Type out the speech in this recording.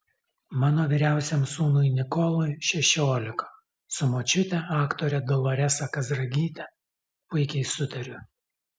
mano vyriausiam sūnui nikolui šešiolika su močiute aktore doloresa kazragyte puikiai sutariu